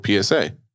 PSA